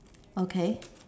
okay